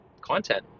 content